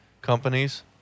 companies